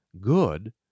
Good